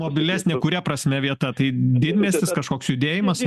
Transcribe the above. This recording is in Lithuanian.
mobilesnė kuria prasme vieta tai didmiestis kažkoks judėjimas